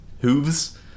hooves